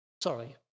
sorry